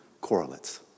correlates